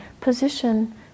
position